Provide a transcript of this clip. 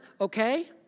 okay